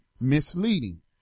misleading